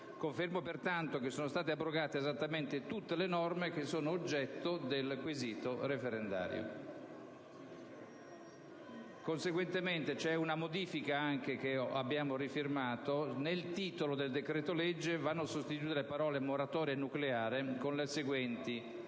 Confermo pertanto che sono state abrogate esattamente tutte le norme oggetto del quesito referendario. Conseguentemente vi è una modifica, che abbiamo sottoscritto: nel titolo del decreto-legge vanno sostituite le parole «moratoria nucleare» con le seguenti: